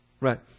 Right